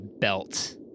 belt